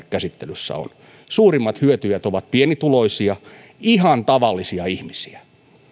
käsittelyssä ovat tulevat hyväksytyiksi suurimmat hyötyjät ovat pienituloisia ihan tavallisia ihmisiä